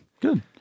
Good